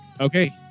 Okay